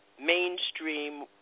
mainstream